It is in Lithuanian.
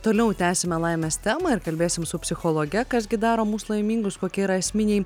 toliau tęsime laimės temą ir kalbėsim su psichologe kas gi daro mus laimingus kokie yra esminiai